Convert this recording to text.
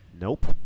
Nope